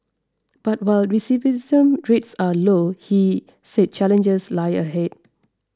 but while recidivism rates are low he said challenges lie ahead